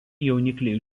jaunikliai